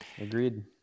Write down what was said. Agreed